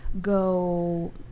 go